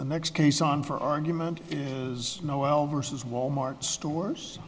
the next case on for argument is no while versus wal mart stores